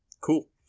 cool